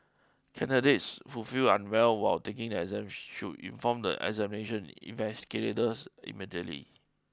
candidates who feel unwell while taking the exams should inform the examination investigators immediately